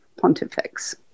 Pontifex